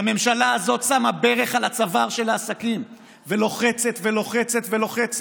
והממשלה הזאת שמה ברך על הצוואר של העסקים ולוחצת ולוחצת ולוחצת.